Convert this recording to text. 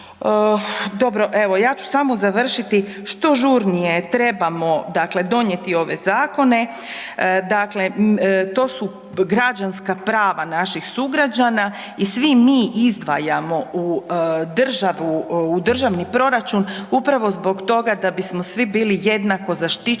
Dobro, evo, ja ću samo završiti što žurnije trebamo dakle donijeti ove zakone, dakle to su građanska prava naših sugrađana i svi mi izdvajamo u državu, u državni proračun upravo zbog toga da bismo svi bili jednako zaštićeni